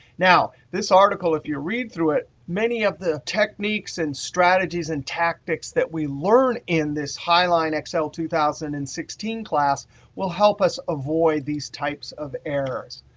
now, this article, if you read through it, many of the techniques and strategies and tactics that we learned in this highline excel two thousand and sixteen class will help us avoid these types of errors.